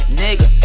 nigga